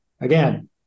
again